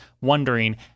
wondering